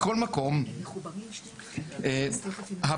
הדבר היחיד שכרגע